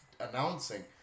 announcing